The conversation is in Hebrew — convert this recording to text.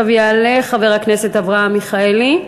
יעלה חבר הכנסת אברהם מיכאלי.